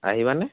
আহিবা নে